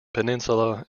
peninsula